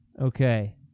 Okay